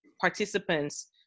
participants